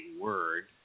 word